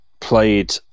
played